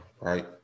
right